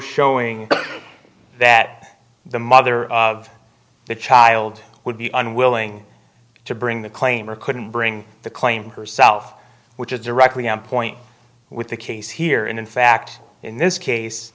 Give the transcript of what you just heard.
showing that the mother of the child would be unwilling to bring the claim or couldn't bring the claim herself which is directly on point with the case here and in fact in this